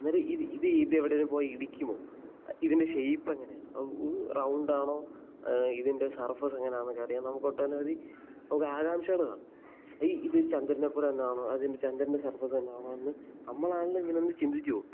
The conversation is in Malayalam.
അന്നേരം ഇത് ഇത് എവിടെയെങ്കിലും പോയി ഇടിക്കുമോ ഇതിൻ്റെ ഷേപ്പ് എങ്ങനെ ഔ റൗണ്ടാണോ ഇതിൻ്റെ സർഫസ് എങ്ങനാ എന്നൊക്കെ അറിയാൻ നമുക്ക് ഒട്ടനവധി നമുക്ക് ആകാംഷകൾ കാണും ഇത് ചന്ദ്രനെ പോലെതന്നെയാണോ അതിന് ചന്ദ്രൻ്റെ സർഫസ് തന്നെയാണോ എന്ന് നമ്മൾ ആണെങ്കിലും ഇങ്ങനെയൊന്ന് ചിന്തിച്ച് പോകും